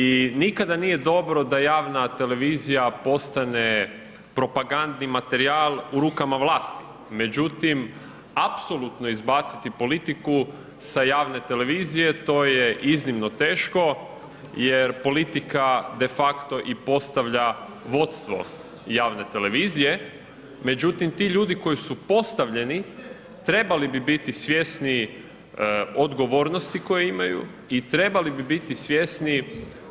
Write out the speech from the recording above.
I nikada nije dobro da javna televizija postane propagandni materijal u rukama vlasti međutim apsolutno izbaciti politiku sa javne televizije, to je iznimno teško jer politika de facto i postavlja vodstvo javne televizije međutim ti ljudi koji su postavljeni, trebali bi biti svjesni odgovornosti koje imaju i trebali bi biti svjesni